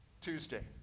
Tuesday